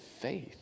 faith